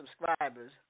subscribers